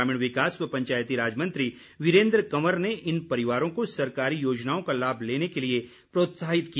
ग्रामीण विकास व पंचायती राज मंत्री वीरेन्द्र कंवर ने इन परिवारों को सरकारी योजनाओं का लाभ लेने के लिए प्रोत्साहित किया